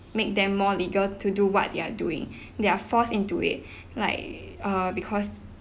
make them more legal to do what they are doing they are forced into it like err because